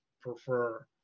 prefer